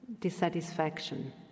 dissatisfaction